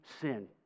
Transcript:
sin